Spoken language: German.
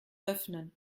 öffnen